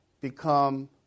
become